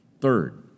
Third